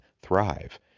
thrive